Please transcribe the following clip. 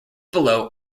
below